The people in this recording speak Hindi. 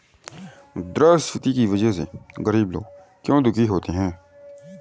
मुद्रास्फीति की वजह से गरीब लोग क्यों दुखी होते हैं?